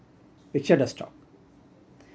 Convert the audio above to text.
picture does talk